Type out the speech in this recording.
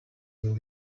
will